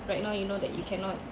right now you know that you cannot